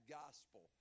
gospel